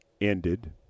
ended